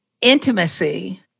intimacy